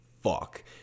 fuck